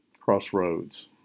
crossroads